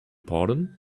pardon